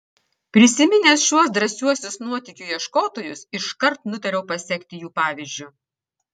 prisiminęs šiuos drąsiuosius nuotykių ieškotojus iškart nutariau pasekti jų pavyzdžiu